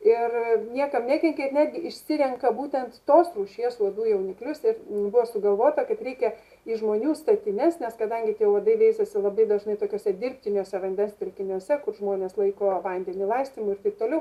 ir niekam nekenkia ir netgi išsirenka būtent tos rūšies uodų jauniklius ir buvo sugalvota kaip reikia į žmonių statines nes kadangi tie uodai veisiasi labai dažnai tokiuose dirbtiniuose vandens telkiniuose kur žmonės laiko vandenį laistymui ir taip toliau